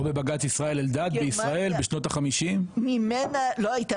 או בבג"צ ישראל אלדד בישראל בשנות ה- 50. ממנה לא הייתה